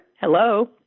Hello